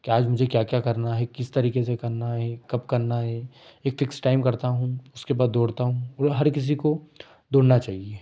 कि आज मुझे क्या क्या करना है किस तरीके से करना है कब करना है एक फिक्स टाइम करता हूँ उसके बाद दौड़ता हूँ और हर किसी को दौड़ना चाहिए